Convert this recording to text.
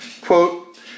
Quote